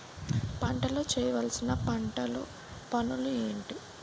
పంటలో చేయవలసిన పంటలు పనులు ఏంటి?